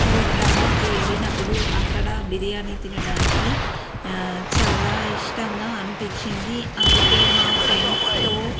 హో దాబాకి వెళ్ళినప్పుడు అక్కడ బిర్యాని తినడానికి చాలా ఇష్టంగా అనిపించింది అందుకే మా ఫ్రెండ్స్తో